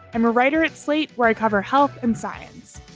i'm a writer at slate, where i cover health and science.